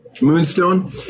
Moonstone